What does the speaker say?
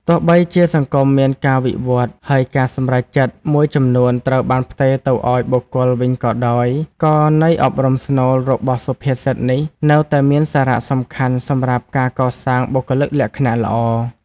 ទោះបីជាសង្គមមានការវិវឌ្ឍន៍ ហើយការសម្រេចចិត្តមួយចំនួនត្រូវបានផ្ទេរទៅឱ្យបុគ្គលវិញក៏ដោយ ក៏ន័យអប់រំស្នូលរបស់សុភាសិតនេះនៅតែមានសារៈសំខាន់សម្រាប់ការកសាងបុគ្គលិកលក្ខណៈល្អ ។